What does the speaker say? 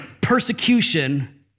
persecution